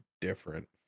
different